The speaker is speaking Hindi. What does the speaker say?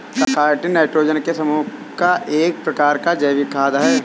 काईटिन नाइट्रोजन के समूह का एक प्रकार का जैविक खाद है